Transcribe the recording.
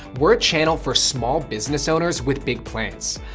we're a channel for small business owners with big plans.